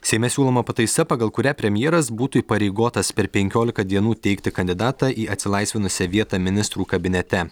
seime siūloma pataisa pagal kurią premjeras būtų įpareigotas per penkiolika dienų teikti kandidatą į atsilaisvinusią vietą ministrų kabinete